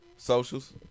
Socials